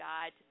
God